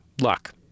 luck